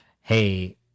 Hey